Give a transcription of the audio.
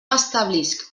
establisc